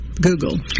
Google